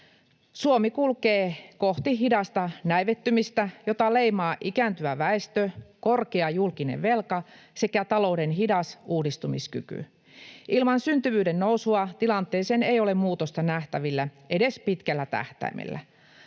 Suomi kulkee kohti hidasta näivettymistä, jota leimaa ikääntyvä väestö, korkea julkinen velka sekä talouden hidas uudistumiskyky. Ilman syntyvyyden nousua tilanteeseen ei ole muutosta nähtävillä edes pitkällä tähtäimellä.